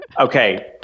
Okay